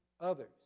Others